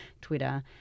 Twitter